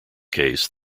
case